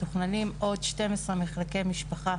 מתוכננים עוד 12 מחלקי משפחה